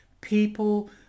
people